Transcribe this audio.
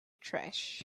trash